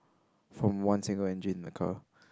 from one single engine in the car